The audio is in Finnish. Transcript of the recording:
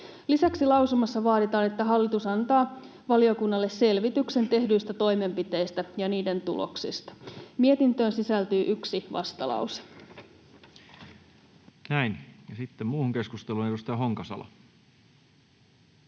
Lisäksi lausumassa vaaditaan, että hallitus antaa valiokunnalle selvityksen tehdyistä toimenpiteistä ja niiden tuloksista. Mietintöön sisältyy yksi vastalause. Näin, ja sitten muuhun keskusteluun. — Edustaja Honkasalo.